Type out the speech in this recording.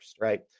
right